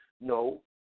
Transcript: No